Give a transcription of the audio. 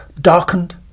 darkened